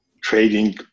trading